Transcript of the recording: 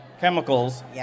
chemicals